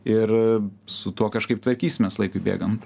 ir su tuo kažkaip tvarkysimės laikui bėgant